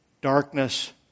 darkness